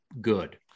good